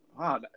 Wow